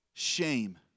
shame